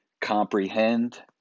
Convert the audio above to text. comprehend